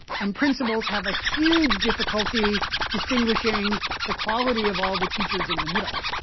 and principals have a huge difficulty distinguishing the quality of all the teachers in the middle.